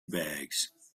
bags